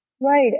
Right